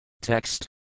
Text